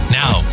now